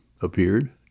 appeared